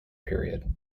period